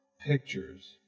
pictures